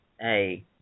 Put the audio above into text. hey